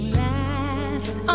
last